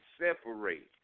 separate